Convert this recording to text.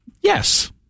Yes